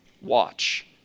watch